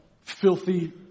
filthy